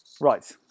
Right